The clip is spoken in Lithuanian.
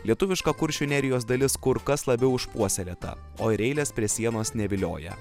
lietuviška kuršių nerijos dalis kur kas labiau išpuoselėta o ir eilės prie sienos nevilioja